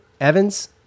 Evans